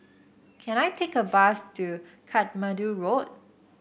can I take a bus to Katmandu Road